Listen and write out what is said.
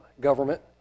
government